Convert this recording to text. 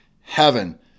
heaven